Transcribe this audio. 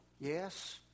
Yes